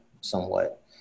somewhat